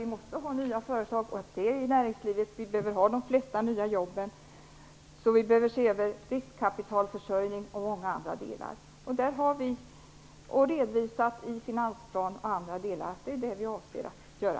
De flesta nya jobben behöver skapas inom näringslivet. Vi behöver se över riskkapitalförsörjning och många andra delar. Vi har redovisat i finansplanen att detta är vad vi avser att göra.